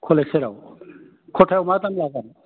college सेराव खथायाव मा दाम लागोन